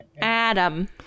Adam